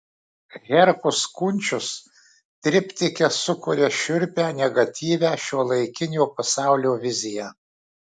herkus kunčius triptike sukuria šiurpią negatyvią šiuolaikinio pasaulio viziją